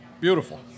Beautiful